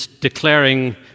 declaring